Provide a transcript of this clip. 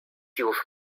już